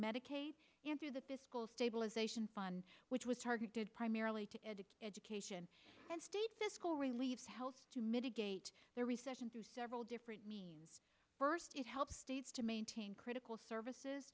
medicaid and through that this school stabilization fund which was targeted primarily to educate education and state to school relief help to mitigate the recession through several different means first it helps states to maintain critical services